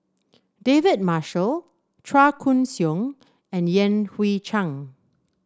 David Marshall Chua Koon Siong and Yan Hui Chang